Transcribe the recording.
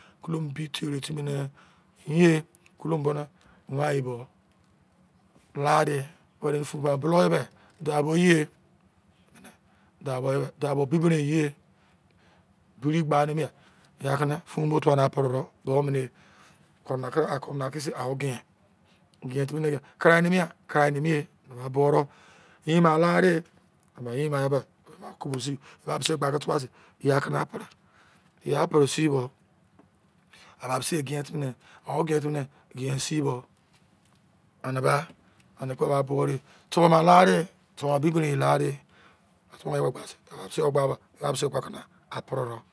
Kolo mu bi taro timi ne inye kolo mu bono wi bo la de were fun ka bulou be dau bo inye ene dau bo bibirin inye biri gba mene ya keme fun bo tuwa ka perero bo amene ye kona ke kona kise oge mien timi ne krai nimi ya ba boro ereni ba lade ye iba yemi na ba kobo sin ba mise bra ke tuwa sin ya kana pre pre sin bo a ba mise ye ge timi ne mien sin bo ane ba bo de tobo ma lade tuwa bin lade mise yo gba sin eba mise yo gba sin a pre ro